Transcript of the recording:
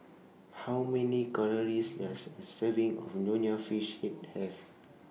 How Many Calories Does A Serving of Nonya Fish Head Have